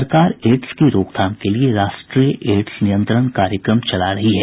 सरकार एड्स की रोकथाम के लिये राष्ट्रीय एड्स नियंत्रण कार्यक्रम चला रही है